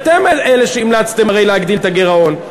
אתם אלה שהמלצתם הרי להגדיל את הגירעון.